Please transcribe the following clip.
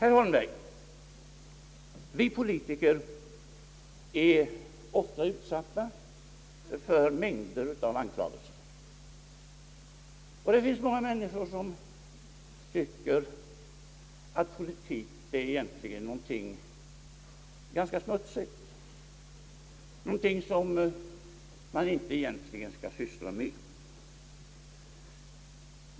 Vi politiker, herr Holmberg, är ofta utsatta för mängder av anklagelser. Det finns många människor som tycker att politik egentligen är någonting ganska smutsigt, någonting som man inte skall syssla med.